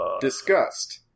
disgust